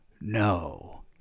No